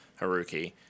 Haruki